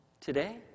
today